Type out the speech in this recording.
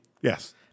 Yes